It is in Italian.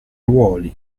ruoli